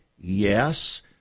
Yes